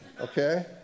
Okay